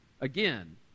Again